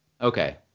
Okay